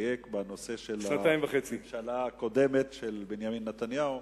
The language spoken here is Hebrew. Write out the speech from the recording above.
לדייק בנושא של הממשלה הקודמת של בנימין נתניהו.